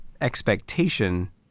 expectation